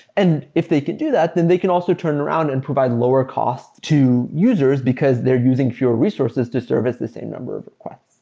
and if they could do that, then they can also turn around and provide lower cost to users because they're using fewer resources to service the same number of requests.